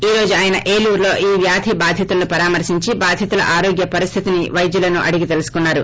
ఈ రోజు ఆయన ఏలూరులో ఈ వ్యాధి బాధితులను పరామర్పించి బాధితుల ఆరోగ్యపరిస్లితిని పైద్యులను అడిగి తెలుసుకున్నారు